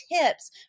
tips